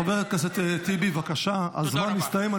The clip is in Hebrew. חבר הכנסת טיבי, בבקשה, הזמן הסתיים.